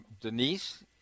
Denise